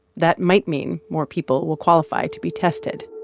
that might mean more people will qualify to be tested.